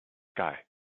sky